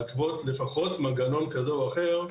להתוות לפחות מנגנון כזה או אחר,